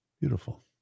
Beautiful